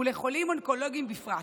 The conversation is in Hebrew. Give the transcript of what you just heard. ולחולים אונקולוגיים בפרט.